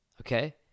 okay